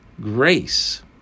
grace